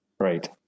Right